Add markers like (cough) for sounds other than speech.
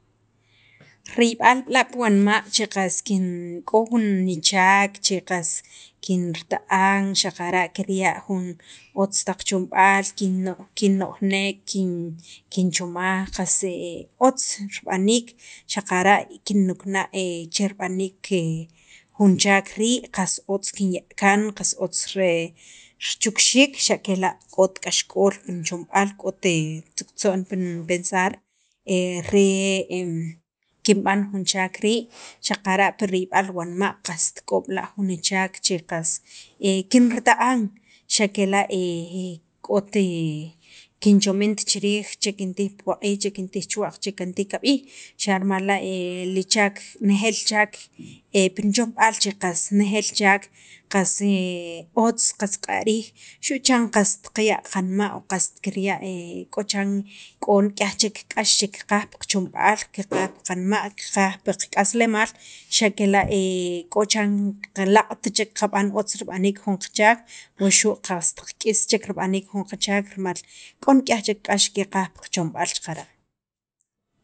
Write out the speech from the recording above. riyb'al b'la' pu wanma' che qas kin (hesitation) k'o jun nichaak che qas kinrita'an xaqara' kirya' jun otz taq chomb'aal, kinno'jneek, kin kinchomaj qas otz rib'aniik xaqara' kinnukna' che rib'aniik che rib'aniik (hesitation) jun chaak rii', qas otz kinya' kaan qas otz re richukxiik xa' kela' k'ot k'axk'ol pi nichomb'aal, k'ot (hesitation) tzuktzo'n pi nipensar re (hesitation) kinb'an jun chaak rii' xaqara' pi riyb'aal wanma' qast k'o b'la' jun nichaak che qast kinrita'an xa' kela' (hesitation) k'ot kinchomint chi riij che kintij puwaq'iij, che kintij chuwa'q, che kintij kab'iij xa' rimal la' (hesitation) li chaak nejeel chaak pi nichomb'aal che qas nejeel chaak qas (hesitation) otz qas q'a' riij, xu' chan qast qaya' qanma', qast qaya' (hesitation) k'o chiran k'o nik'yaj chek k'ax kiqaj pi qachomb'al (noise) kiqaj pi qanma', kiqaj pi qak'aslemaal xa' kela' (hesitation) k'o chiran laaq't chek qab'an otz rib'aniik jun qachaak, wuxu' qast qak'is chek rib'aniik jun qachaak rimal k'o nik0yaj chek k'ax keqaj pi qachomb'aal xaqara'.